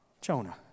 Jonah